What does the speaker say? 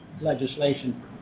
legislation